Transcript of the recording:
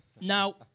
Now